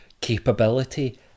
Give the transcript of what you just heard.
capability